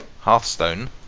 Hearthstone